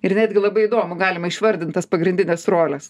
ir netgi labai įdomu galima išvardint tas pagrindines roles